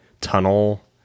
tunnel